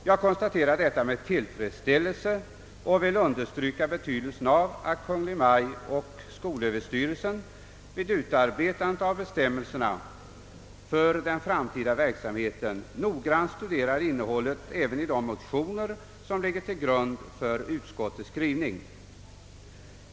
Jag konstaterar detta med tillfredsställelse och understryker betydelsen av att Kungl. Maj:t och skolöverstyrelsen vid utarbetandet av bestämmelserna för den framtida verksamheten även noggrant studerar innehållet i de motioner som ligger till grund för utskottets skrivning.